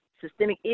systemic